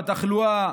בתחלואה,